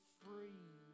free